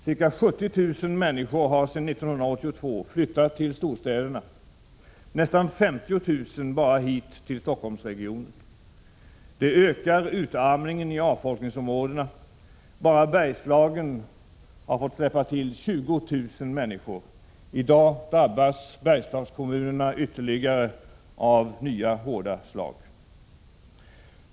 Ca 70 000 människor har sedan 1982 flyttat till storstäderna, nästan 50 000 bara hit till Stockholmsregionen. Det ökar utarmningen i avfolkningsområdena. Bara Bergslagen har fått släppa till 20 000 människor. I dag drabbas Bergslagskommunerna ytterligare av nya hårda slag.